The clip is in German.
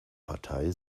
partei